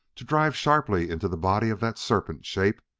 to drive sharply into the body of that serpent shape!